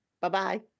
Bye-bye